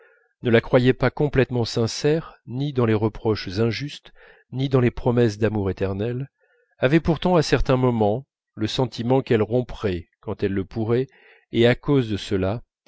ne la croyait complètement sincère ni dans les reproches injustes ni dans les promesses d'amour éternel avait pourtant à certains moments le sentiment qu'elle romprait quand elle le pourrait et à cause de cela